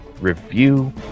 review